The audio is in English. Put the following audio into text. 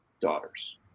daughters